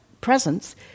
presence